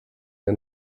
der